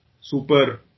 super